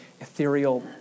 ethereal